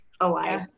alive